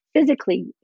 physically